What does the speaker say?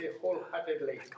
wholeheartedly